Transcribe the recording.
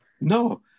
No